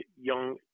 young